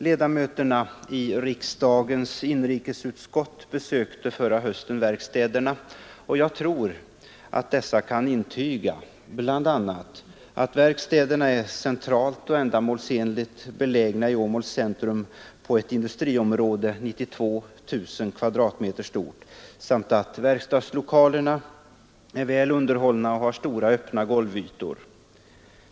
Ledamöterna i riksdagens inrikesutskott besökte förra hösten verkstäderna, och jag tror att dessa kan intyga bl.a. att verkstäderna är centralt och ändamålsenligt belägna i Åmåls centrum på ett industriområde 92 000 m? stort, samt att verkstadslokalerna är väl underhållna och har stora öppna golvytor.